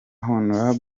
hon